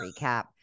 recap